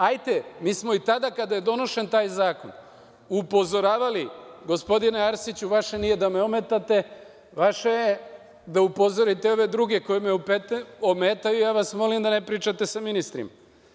Hajte, mi smo i tada kada je donošen taj zakon upozoravali, gospodine Arsiću vaše nije da me ometate, vaše je da upozorite ove druge koji me ometaju, i ja vas molim da ne pričate sa ministrima.